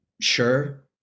sure